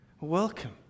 Welcome